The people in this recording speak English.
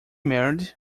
married